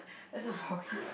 that's so boring